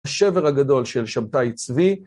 השבר הגדול של שבתאי צבי.